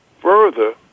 further